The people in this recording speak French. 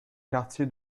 quartier